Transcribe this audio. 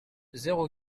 zéro